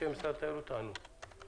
אנשי משרד התיירות תענו.